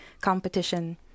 competition